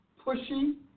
pushy